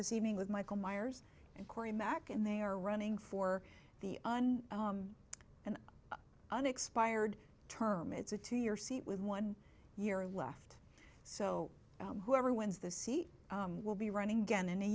this evening with michael meyers and cory mack and they are running for the on an unexpired term it's a two year seat with one year left so whoever wins the seat will be running again in a